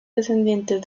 descendientes